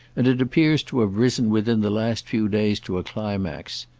and it appears to have risen within the last few days to a climax.